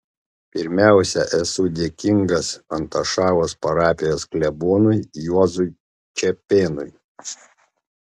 pirmiausia esu dėkingas antašavos parapijos klebonui juozui čepėnui